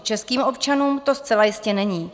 Českým občanům to zcela jistě není.